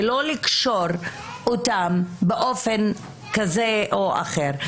ולא לקשור אותם באופן כזה או אחר.